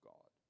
God